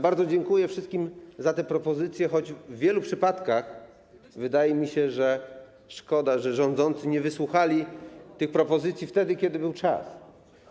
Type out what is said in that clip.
Bardzo dziękuję wszystkim za propozycje, choć w wielu przypadkach wydaje mi się, że szkoda, że rządzący nie wysłuchali ich wtedy, kiedy był na to czas.